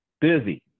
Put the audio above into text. busy